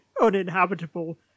uninhabitable